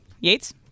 Yates